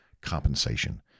compensation